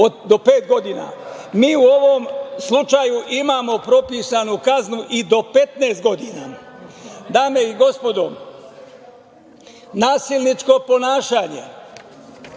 Mi u ovom slučaju imamo propisanu kaznu i do 15 godina. Dame i gospodo, nasilničko ponašanje